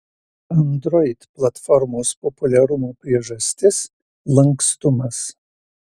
android platformos populiarumo priežastis lankstumas